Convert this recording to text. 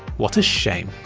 what a shame.